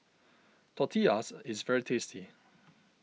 Tortillas is very tasty